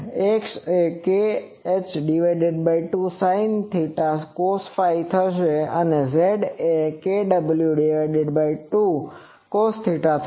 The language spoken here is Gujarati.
X એ kh2 sinθ cosϕ થશે અને Z એ kw2 cosθ થશે